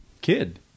kid